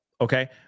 okay